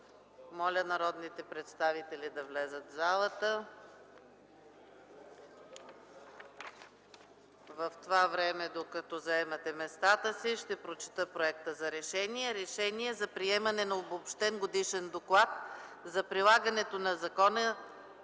Моля народните представители да влязат в залата. Докато народните представители заемат местата си, ще прочета Проекта за решение: „РЕШЕНИЕ за приемане на Обобщен годишен доклад за прилагането на Закона